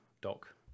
Doc